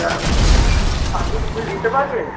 আচ্ছা আপনি কি ফুল দিতে পারবেন